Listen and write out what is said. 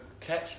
catch